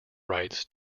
rights